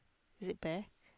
is it pear